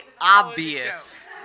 obvious